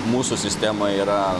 mūsų sistema yra